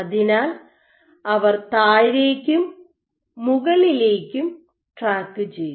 അതിനാൽ അവർ താഴേയ്ക്കും മുകളിലേക്കും ട്രാക്കുചെയ്തു